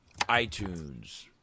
iTunes